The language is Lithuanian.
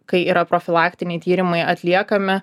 kai yra profilaktiniai tyrimai atliekami